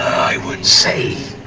i would say,